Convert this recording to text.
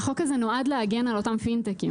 החוק הזה נועד להגן על אותם פינטקים.